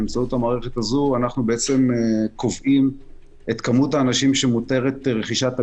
באמצעות המערכת הזו אנחנו קובעים את כמות האנשים שמותרת להם רכישת אגרה,